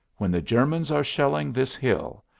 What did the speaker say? when the germans are shelling this hill,